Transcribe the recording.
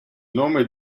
nome